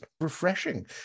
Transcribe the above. refreshing